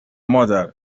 مادر